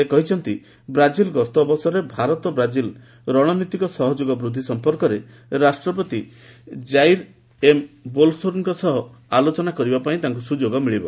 ସେ କହିଛନ୍ତି ବ୍ରାକିଲ୍ ଗସ୍ତ ଅବସରରେ ଭାରତ ବ୍ରାଜିଲ୍ ରଣନୀତିକ ସହଯୋଗ ବୃଦ୍ଧି ସମ୍ପର୍କରେ ରାଷ୍ଟପତି କ୍କାଇର୍ ଏମ୍ ବୋଲସୋର୍ଣ୍ଣ ସହ ଆଲୋଚନା କରିବା ପାଇଁ ତାଙ୍କ ସୁଯୋଗ ମିଳିବ